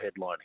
headlining